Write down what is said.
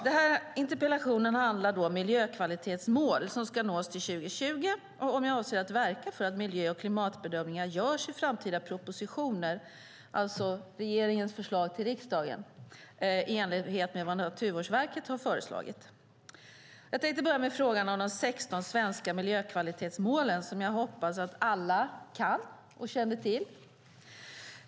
Den här interpellationen handlar om de miljökvalitetsmål som ska nås till 2020 och om jag avser att verka för att miljö och klimatbedömningar görs i framtida propositioner - regeringens förslag till riksdagen - i enlighet med vad Naturvårdsverket har föreslagit. Jag tänkte börja med frågan om de 16 svenska miljökvalitetsmålen, som jag hoppas att alla känner till.